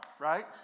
right